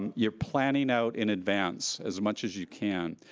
and you're planning out in advance as much as you can.